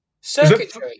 Circuitry